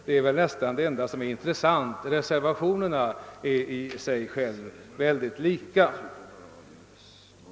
Det är nästan det enda som är intressant; reservationerna är i och för sig mycket lika.